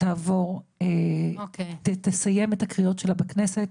תעבור ותסיים את הקריאות שלה בכנסת,